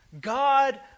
God